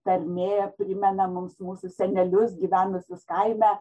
tarmė primena mums mūsų senelius gyvenusius kaime